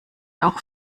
auch